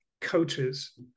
Coaches